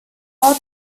while